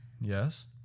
Yes